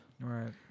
Right